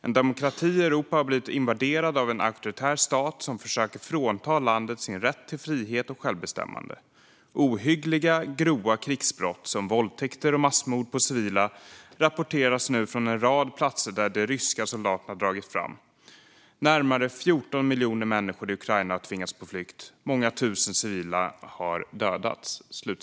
En demokrati i Europa har blivit invaderad av en auktoritär stat som försöker frånta landet sin rätt till frihet och självbestämmande. Ohyggliga, grova krigsbrott som våldtäkter och massmord på civila, rapporteras nu från en rad platser där de ryska soldaterna dragit fram. Närmare 14 miljoner människor i Ukraina har tvingats på flykt, många tusen civila har dödats."